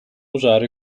usare